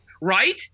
right